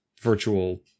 virtual